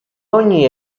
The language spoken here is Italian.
ogni